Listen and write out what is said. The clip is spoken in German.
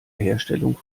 herstellung